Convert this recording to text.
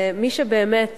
ומי שבאמת